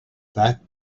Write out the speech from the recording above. that